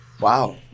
wow